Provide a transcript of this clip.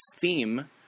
theme